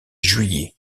juillet